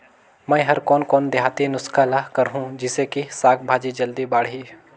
मै हर कोन कोन देहाती नुस्खा ल करहूं? जिसे कि साक भाजी जल्दी बाड़ही?